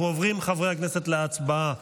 חברי הכנסת, אנחנו עוברים להצבעה